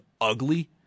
ugly